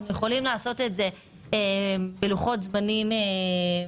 אנחנו יכולים לעשות את זה בלוחות זמנים קצרים.